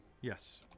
yes